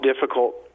difficult